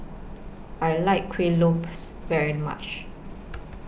I like Kueh Lopes very much